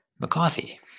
McCarthy